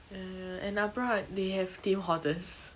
ya ya and அப்ரோ:apro they have team holders